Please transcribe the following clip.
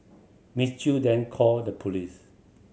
Miss Chew then called the police